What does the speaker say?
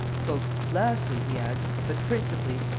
lastly, he adds, but principally,